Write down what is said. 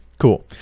Cool